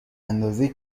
اندازه